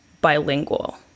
bilingual